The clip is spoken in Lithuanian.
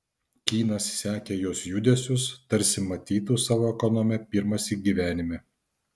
kynas sekė jos judesius tarsi matytų savo ekonomę pirmąsyk gyvenime